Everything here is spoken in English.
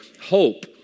hope